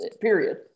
period